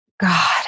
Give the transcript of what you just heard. God